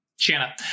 Shanna